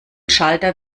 schalter